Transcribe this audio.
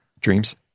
Dreams